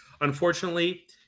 unfortunately